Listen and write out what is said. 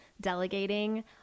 delegating